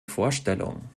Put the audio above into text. vorstellung